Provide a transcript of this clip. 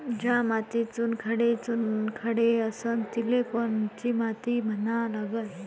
ज्या मातीत चुनखडे चुनखडे असन तिले कोनची माती म्हना लागन?